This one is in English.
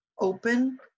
open